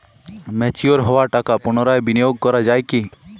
Mature হওয়া টাকা পুনরায় বিনিয়োগ করা য়ায় কি?